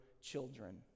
children